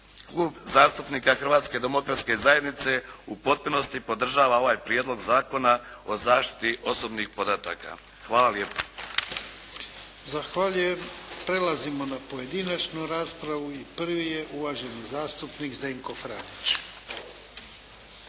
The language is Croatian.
Klub zastupnika Hrvatske demokratske zajednice u potpunosti podržava ovaj Prijedlog Zakona o zaštiti osobnih podataka. Hvala lijepa. **Jarnjak, Ivan (HDZ)** Zahvaljujem. Prelazimo na pojedinačnu raspravu. Prvi je uvaženi zastupnik Zdenko Franić.